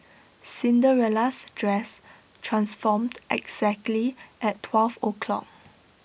Cinderella's dress transformed exactly at twelve o'clock